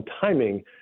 timing